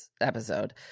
episode